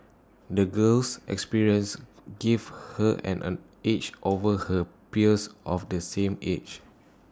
the girl's experiences gave her and an edge over her peers of the same age